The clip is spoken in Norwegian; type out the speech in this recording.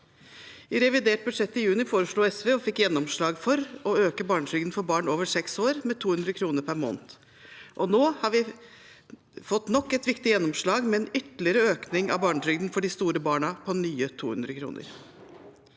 I revidert budsjett i juni foreslo SV, og fikk gjennomslag for, å øke barnetrygden for barn over 6 år med 200 kr per måned, og nå har vi fått nok et viktig gjennomslag med en ytterligere økning av barnetrygden for de store barna på nye 200 kr.